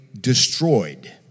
destroyed